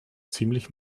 ziemlich